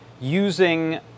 using